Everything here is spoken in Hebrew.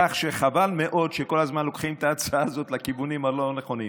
כך שחבל מאוד שכל הזמן לוקחים את ההצעה הזאת לכיוונים הלא-נכונים.